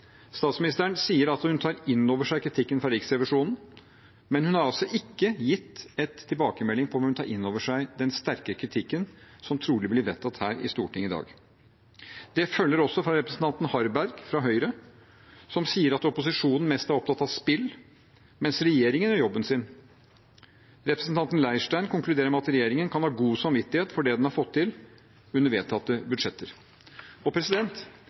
Statsministeren sier at hun tar inn over seg kritikken fra Riksrevisjonen, men hun har ikke gitt tilbakemelding på om hun tar inn over seg den sterke kritikken som trolig blir vedtatt her i Stortinget i dag. Det følger også fra representanten Harberg fra Høyre, som sier at opposisjonen mest er opptatt av spill, mens regjeringen gjør jobben sin. Representanten Leirstein konkluderer med at regjeringen kan ha «god samvittighet» for det den har fått til under vedtatte budsjetter. Hvis dette er regjeringspartienes situasjonsforståelse og